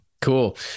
Cool